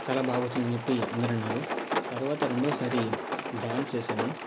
చాలా బాగా వచ్చిందని చెప్పి అందరూ అన్నారు తరువాత రెండోసారి డ్యాన్స్ చేసాను